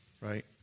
right